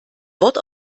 wort